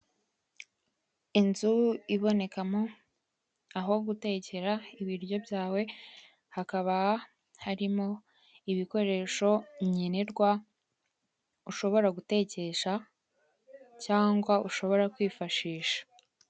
Inzu ibonekamo aho gutekera ibiryo byawe, hakaba harimo ibikoresho nkenerwa ushobora gutekesha ,cyangwa ushobora kwifashisha.